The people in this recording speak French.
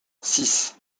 six